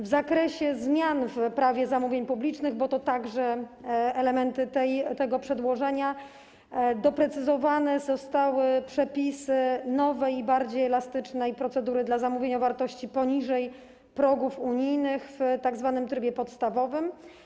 W zakresie zmian w Prawie zamówień publicznych, bo to także elementy tego przedłożenia, doprecyzowane zostały przepisy nowej i bardziej elastycznej procedury w przypadku zamówienia o wartości poniżej progów unijnych w tzw. trybie podstawowym.